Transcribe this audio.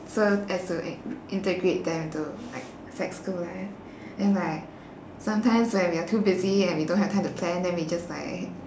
so as to int~ integrate them into sec school life then like sometimes when we are too busy and we don't have time to plan then we just like